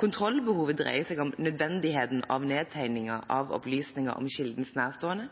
Kontrollbehovet dreier seg om nødvendigheten av nedtegning av opplysninger om kildens nærstående.